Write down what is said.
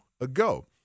ago